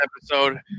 episode